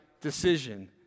decision